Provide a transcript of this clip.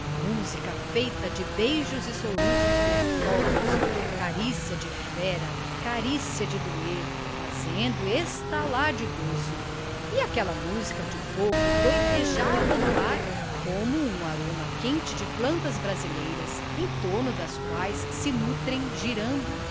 música feita de beijos e soluços gostosos carícia de fera carícia de doer fazendo estalar de gozo e aquela música de fogo doidejava no ar como um aroma quente de plantas brasileiras em torno das quais se nutrem girando